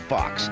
Fox